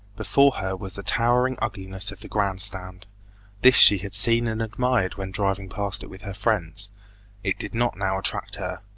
before her was the towering ugliness of the grand stand this she had seen and admired when driving past it with her friends it did not now attract her.